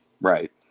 right